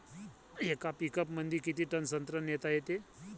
येका पिकअपमंदी किती टन संत्रा नेता येते?